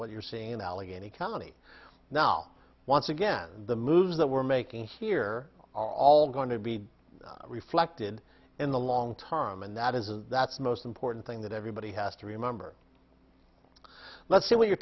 what you're seeing in allegheny county now once again the moves that we're making here are all going to be reflected in the long term and that is a that's most important thing that everybody has to remember let's see what your